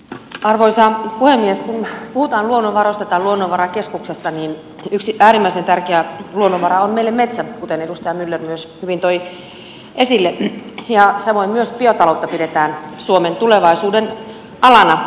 kun puhutaan luonnonvaroista tai luonnonvarakeskuksesta niin yksi äärimmäisen tärkeä luonnonvara on meille metsä kuten edustaja myller myös hyvin toi esille ja samoin myös biotaloutta pidetään suomen tulevaisuuden alana